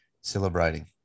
celebrating